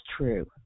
true